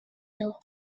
ill